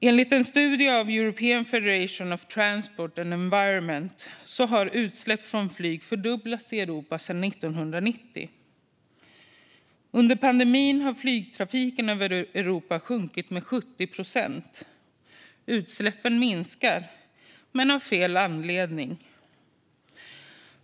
Enligt en studie av The European Federation for Transport and Environment har utsläppen från flyget fördubblats i Europa sedan 1990. Under pandemin har flygtrafiken i Europa minskat med 70 procent. Utsläppen minskar, men av fel anledning.